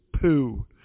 poo